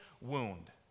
wound